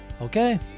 Okay